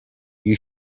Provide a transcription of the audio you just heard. you